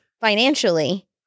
financially